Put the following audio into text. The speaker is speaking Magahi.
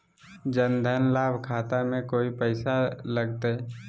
जन धन लाभ खाता में कोइ पैसों लगते?